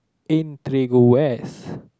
in tree gu west